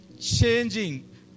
changing